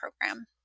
program